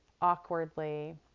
awkwardly